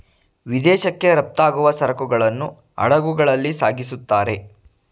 ವಿದೇಶಕ್ಕೆ ರಫ್ತಾಗುವ ಸರಕುಗಳನ್ನು ಹಡಗುಗಳಲ್ಲಿ ಸಾಗಿಸುತ್ತಾರೆ